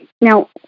Now